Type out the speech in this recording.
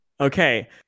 Okay